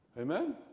Amen